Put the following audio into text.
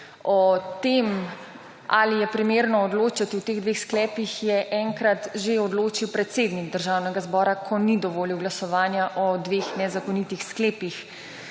o tem ali je primerno odločati o teh dveh sklepih, je enkrat že odločil predsednik Državnega zbora, ko ni dovolil glasovanja o dveh nezakonitih sklepih.